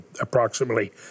approximately